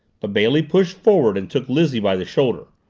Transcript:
but bailey pushed forward and took lizzie by the shoulder.